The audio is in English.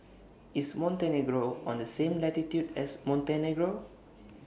IS Montenegro on The same latitude as Montenegro